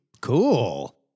Cool